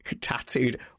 tattooed